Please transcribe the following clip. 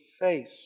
face